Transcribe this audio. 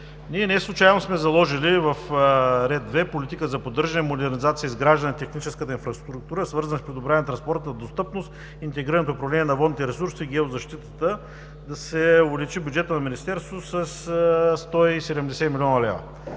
Ние не случайно сме заложили в ред 2 политика за поддържане, модернизация и изграждане на техническата инфраструктура, свързано с подобрен транспорт, общодостъпност, интегрирано управление на водните ресурси, геозащитата и да се увеличи бюджетът на Министерството със 170 млн. лв.,